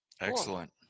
excellent